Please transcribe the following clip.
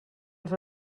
els